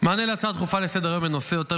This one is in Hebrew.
מענה על הצעה דחופה לסדר-היום בנושא: יותר